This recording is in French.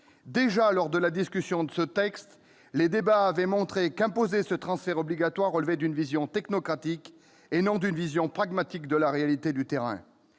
déjà, lors de la discussion de ce texte, les débats avaient montré qu'imposer ce transfert obligatoire relevait d'une vision technocratique et non d'une vision pragmatique de la réalité du terrain.